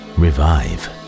revive